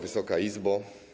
Wysoka Izbo!